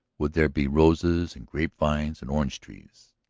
would there be roses and grape-vines and orange-trees.